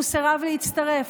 הוא סירב להצטרף.